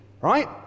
right